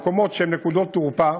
מקומות שהם נקודות תורפה,